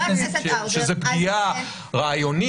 חבר הכנסת האוזר --- אפשר להגיד שזה פגיעה רעיונית,